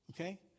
Okay